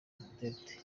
duterte